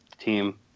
team